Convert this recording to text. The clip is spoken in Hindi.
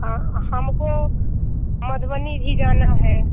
हाँ हमको मधुबनी भी जाना है